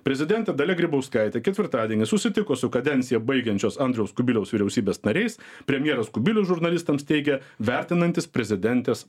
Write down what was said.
prezidentė dalia grybauskaitė ketvirtadienį susitiko su kadenciją baigiančios andriaus kubiliaus vyriausybės nariais premjeras kubilius žurnalistams teigė vertinantis prezidentės